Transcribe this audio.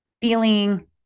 feeling